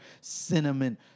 Cinnamon